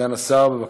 סגן השר, בבקשה.